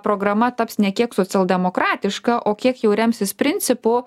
programa taps ne kiek socialdemokratiška o kiek jau remsis principu